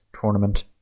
tournament